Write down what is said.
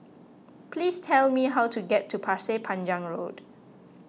please tell me how to get to Pasir Panjang Road